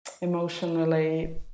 emotionally